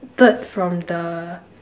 third from the